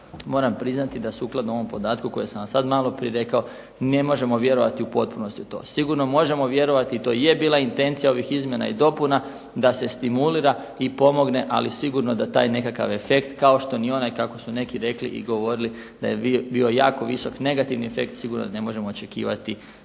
Moram priznati da sukladno ovom podatku kojeg sam vam malo prije rekao ne možemo vjerovati u potpunosti u to. Sigurno možemo vjerovati to je bila intencija ovih izmjena i dopuna da se stimulira i pomogne, ali sigurno da taj nekakav efekt kao što ni onaj kako su neki rekli i govorili da je bio jako visok, negativni efekt sigurno ne možemo očekivati